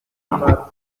tampoco